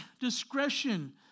discretion